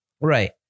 Right